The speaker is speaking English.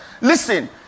Listen